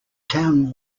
town